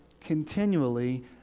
continually